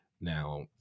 Now